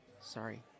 Sorry